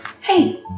Hey